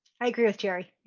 i agree with gerry.